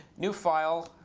new file,